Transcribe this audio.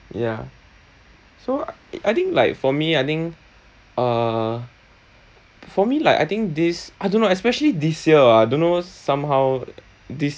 ya so I think like for me I think uh for me like I think this I don't know especially this year ah don't know somehow this